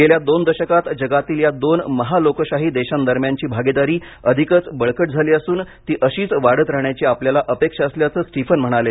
गेल्या दोन दशकात जगातील या दोन महालोकशाही देशांदरम्यानची भागिदारी अधिकच बळकट झाली असून ती अशीच वाढत राहण्याची आपल्याला अपेक्षा असल्याचं स्टीफन म्हणाले